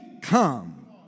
come